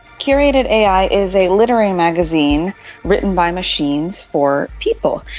curated ai is a literary magazine written by machines for people.